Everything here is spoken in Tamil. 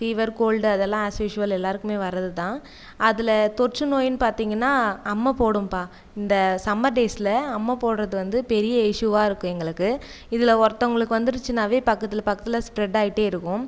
ஃபீவர் கோல்டு அதெலா ஆஸ்யூஷ்வல் எல்லோருக்குமே வரது தான் அதில் தொற்று நோயினு பார்த்தீங்கனா அம்மை போடும்பா இந்த சம்மர் டேஸில் அம்மை போடுறது வந்து பெரிய இஷுவாருக்கு எங்களுக்கு இதில் ஒருத்தவங்களுக்கு வந்துருச்சுனாவே பக்கத்தில் பக்கத்தில் ஸ்ப்ரெடாயிட்டே இருக்கும்